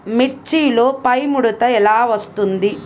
మిర్చిలో పైముడత ఎలా వస్తుంది?